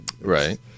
Right